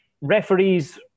referees